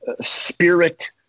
spirit